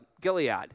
Gilead